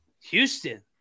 houston